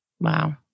Wow